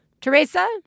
Teresa